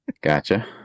gotcha